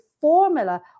formula